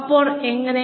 അപ്പോൾ എങ്ങനെ